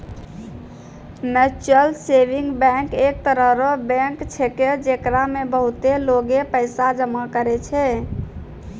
mutual saving bank एक तरह रो बैंक छैकै, जेकरा मे बहुते लोगें पैसा जमा करै छै